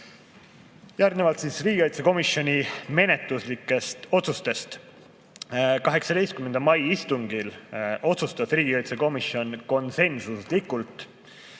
Järgnevalt riigikaitsekomisjoni menetluslikest otsustest. 18. mai istungil otsustas riigikaitsekomisjon konsensuslikult